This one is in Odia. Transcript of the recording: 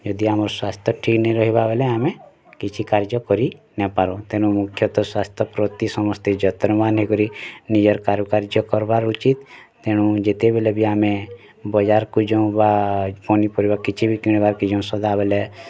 ଯଦି ଆମ ସ୍ୱାସ୍ଥ୍ୟ ଠିକ୍ ନ ରହିବ ବୋଲେ ଆମେ କିଛି କାର୍ଯ୍ୟ କରି ନପାରୁ ତେଣୁ ଅକ୍ଷତ ସ୍ୱାସ୍ଥ୍ୟ ପ୍ରତି ସମସ୍ତେ ଯତ୍ନବାନ୍ କରି ନିଜର କାରୁକାର୍ଯ୍ୟ କରିବାର ଉଚିତ୍ ତେଣୁ ଯେତେବେଳେ ବି ଆମେ ବଜାରକୁ ଯାଉ ବା ପନିପରିବା କିଛି ବି କିଣିବାକୁ ଯାଉ ସଦାବେଳେ